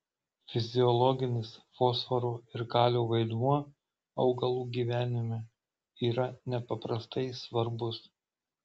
fiziologinis fosforo ir kalio vaidmuo augalų gyvenime yra nepaprastai svarbus